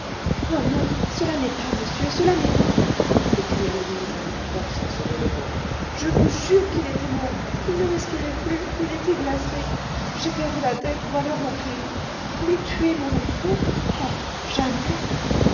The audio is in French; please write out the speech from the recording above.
oh non cela n'est pas monsieur cela n'est pas s'écria louise avec force en se relevant je vous jure qu'il était mort il ne respirait plus il était glacé j'ai perdu la tête voilà mon crime mais tuer mon enfant oh jamais